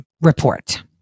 report